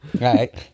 right